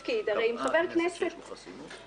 שבה פועלים חברי כנסת היא מורכבת לעיתים רבות,